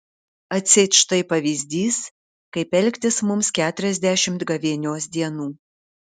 atseit štai pavyzdys kaip elgtis mums keturiasdešimt gavėnios dienų